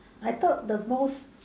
I thought the most